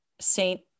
saint